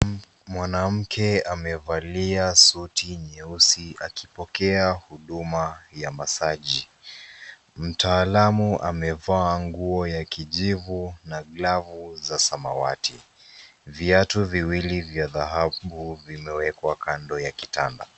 Mwanamke amevalia suti nyeusi akipokea huduma ya massage , mtaalumu amevaa nguo ya kijivu na glavu za samawati, viatu viwili vya dhahabu vimekwa kando ya kitanda.